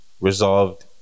Resolved